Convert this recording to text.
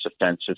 offensive